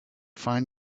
find